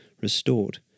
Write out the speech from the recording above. restored